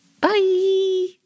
Bye